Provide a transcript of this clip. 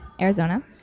arizona